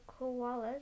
koalas